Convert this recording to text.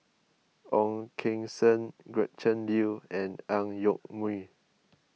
Ong Keng Sen Gretchen Liu and Ang Yoke Mooi